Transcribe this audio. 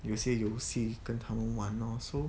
有些游戏跟他们玩 lor so